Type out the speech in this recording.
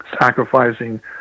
sacrificing